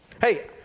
Hey